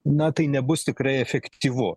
na tai nebus tikrai efektyvu